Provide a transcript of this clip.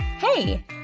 Hey